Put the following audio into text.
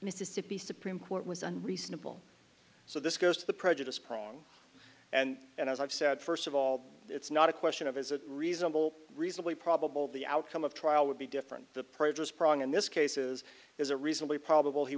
mississippi supreme court was unreasonable so this goes to the prejudice plain wrong and and as i've said first of all it's not a question of is a reasonable reasonably probable the outcome of trial would be different the prejudice prong in this cases is a reasonably probable he